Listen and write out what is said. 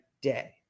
day